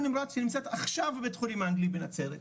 נמרץ שנמצאת עכשיו בבית חולים האנגלי בנצרת,